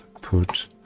put